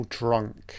drunk